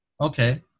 Okay